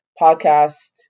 podcast